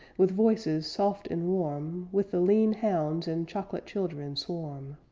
with voices soft and warm with the lean hounds and chocolate children swarm.